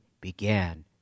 began